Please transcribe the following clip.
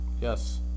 Yes